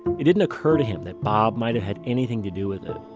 it didn't occur to him that bob might've had anything to do with it.